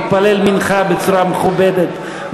התפלל מנחה בצורה מכובדת,